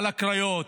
על הקריות,